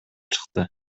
чыкты